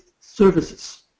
services